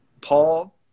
Paul